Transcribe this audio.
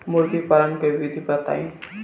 मुर्गीपालन के विधी बताई?